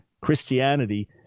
Christianity